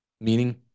meaning